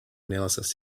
analysis